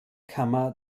kammer